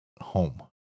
home